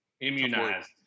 immunized